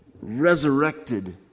resurrected